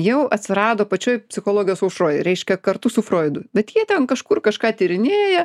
jau atsirado pačioj psichologijos aušroj reiškia kartu su froidu bet jie ten kažkur kažką tyrinėja